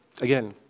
again